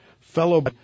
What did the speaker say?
fellow